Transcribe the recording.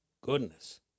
Goodness